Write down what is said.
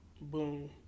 Boom